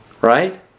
Right